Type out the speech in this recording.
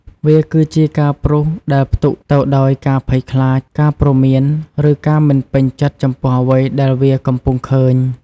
វាគឺជាការព្រុសដែលផ្ទុកទៅដោយការភ័យខ្លាច ការព្រមាន ឬការមិនពេញចិត្តចំពោះអ្វីដែលវាកំពុងឃើញ។